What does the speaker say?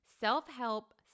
Self-help